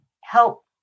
help